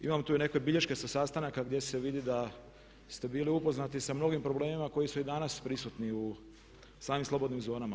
Imam tu i neke bilješke sa sastanaka gdje se vidi da ste bili upoznati sa mnogim problemima koji su i danas prisutni u samim slobodnim zonama.